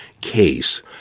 case